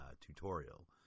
tutorial